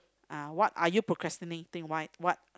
ah what are you procrastinating why what